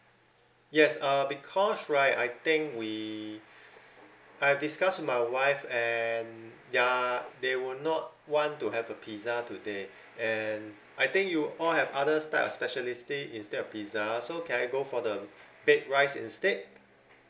yes uh because right I think we I've discussed with my wife and ya they would not want to have a pizza today and I think you all have other types of speciality instead of pizza so can I go for the baked rice instead